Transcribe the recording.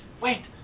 wait